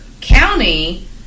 county